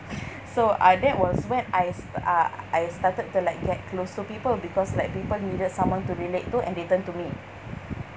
so uh that was went I st~ uh I started to like get close to people because like people needed someone to relate to and they turn to me